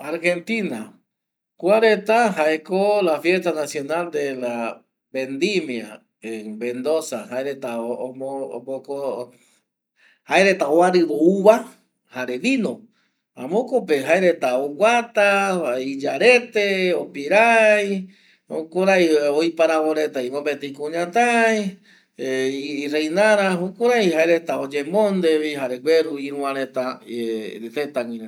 Argentia jaeko la fiesta nacional de la vendimia jaereta ovariri uva jare vino jaema jokope jaereta oguata iyarete opirai jukurei vi oiparavo reta mopeti kuñatai ˂hesitation˃ reinara jkurei vi jaereta oyemonde.